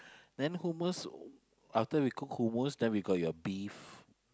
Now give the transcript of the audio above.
then hummus after we cook hummus then we got your beef